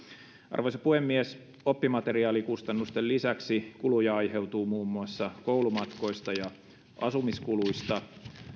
arvoisa puhemies oppimateriaalikustannusten lisäksi kuluja aiheutuu muun muassa koulumatkoista ja asumiskuluista